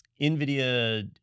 NVIDIA